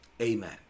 Amen